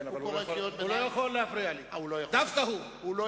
אבל הוא לא יכול להפריע לי, דווקא הוא.